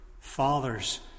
fathers